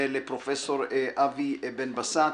ולפרופ' אבי בן בסט,